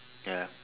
ya